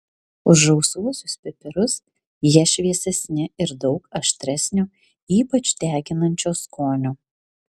už rausvuosius pipirus jie šviesesni ir daug aštresnio ypač deginančio skonio